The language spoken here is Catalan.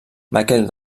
michael